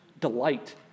delight